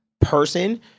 person